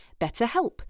BetterHelp